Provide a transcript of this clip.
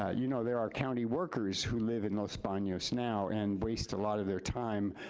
ah you know, there are county workers who live in los banos now and waste a lot of their time,